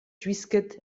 gwisket